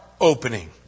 opening